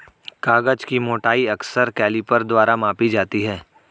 कागज की मोटाई अक्सर कैलीपर द्वारा मापी जाती है